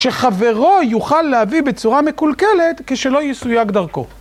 שחברו יוכל להביא בצורה מקולקלת כשלא יסויג דרכו.